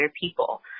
people